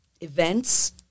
events